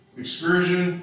excursion